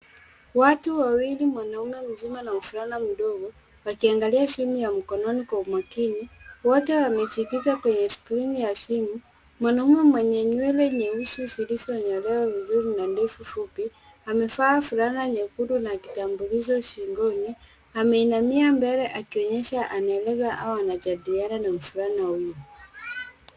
Watu wawili, mwanaume mzima na mvulana mdogo wakiangalia simu ya mkononi kwa umakini, wote wamejikita kwenye skrini ya simu. Mwanaume mwenye nywele nyeusi zilizonyolewa vizuri na ndefu fupi, amevaa fulana nyekundu na kitambulisho shingoni. Ameinamia mbele akionyesha anaeleza au anajadiliana na mvulana huyo.